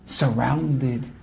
Surrounded